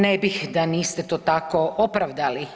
Ne bih da niste to tako opravdali.